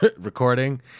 recording